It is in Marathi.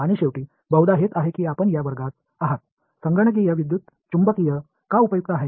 आणि शेवटी बहुधा हेच आहे की आपण या वर्गात आहात संगणकीय विद्युत चुंबकीय का उपयुक्त आहे